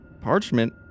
parchment